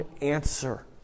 answer